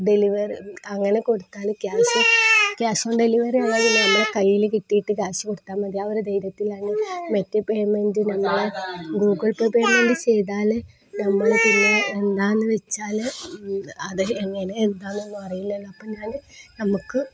deliver അങ്ങനെ കൊടുത്താല് cash cash on delivery ആണെങ്കില് നമ്മള് കയ്യില് കിട്ടിയിട്ട് ക്യാഷ് കൊടുത്താല് മതി അവര് ധൈര്യത്തിലാണ് മറ്റേ പേയ്മെന്റ് നമ്മള് ഗൂഗിൾ പേ പേയ്മെൻറ് ചെയ്താല് നമ്മള് പിന്നെ എന്താണെന്നുവച്ചാല് അത് എങ്ങനെ എന്താണെന്നൊന്നും അറിയില്ലല്ലോ അപ്പോള് ഞാന് നമുക്ക്